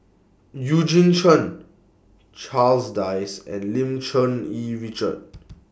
Eugene Chen Charles Dyce and Lim Cherng Yih Richard